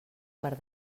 per